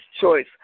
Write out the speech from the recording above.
choice